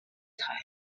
time